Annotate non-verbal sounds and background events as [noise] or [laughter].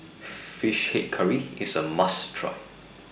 Fish Head Curry [noise] IS A must Try